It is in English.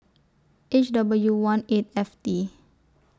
H W one eight F T